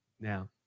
now